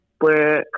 work